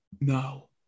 No